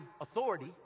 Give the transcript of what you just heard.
authority